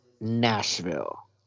Nashville